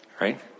Right